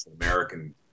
American